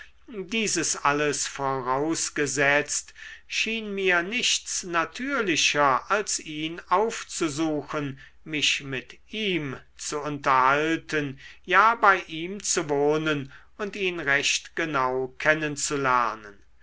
dieses alles vorausgesetzt schien mir nichts natürlicher als ihn aufzusuchen mich mit ihm zu unterhalten ja bei ihm zu wohnen und ihn recht genau